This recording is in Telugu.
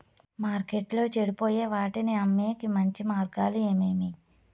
మార్కెట్టులో చెడిపోయే వాటిని అమ్మేకి మంచి మార్గాలు ఏమేమి